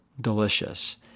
delicious